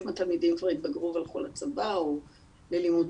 מהתלמידים כבר התבגרו והלכו לצבא או ללימודים,